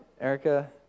Erica